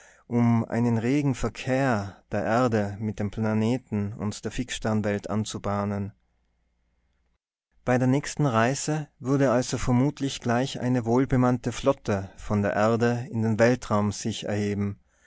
um einen regen verkehr der erde mit den planeten und der fixsternwelt anzubahnen bei der nächsten reise würde also vermutlich gleich eine wohlbemannte flotte von der erde in den weltraum sich erheben